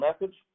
message